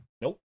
Nope